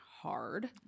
hard